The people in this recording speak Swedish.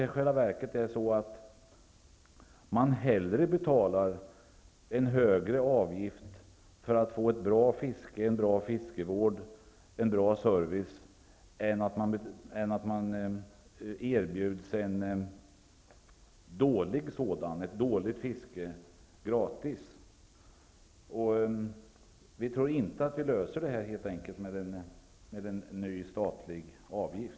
I själva verket är det nog så att man hellre vill betala en högre avgift för att få ett bra fiske, en bra fiskevård och en bra service än att erbjudas en dålig sådan och ett dåligt fiske gratis. Vi tror helt enkelt inte att vi löser det här med en ny statlig avgift.